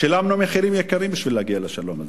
שילמנו מחירים יקרים כדי להגיע לשלום הזה.